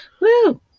Woo